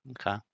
Okay